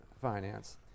finance